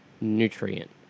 nutrient